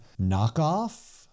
knockoff